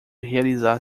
realizar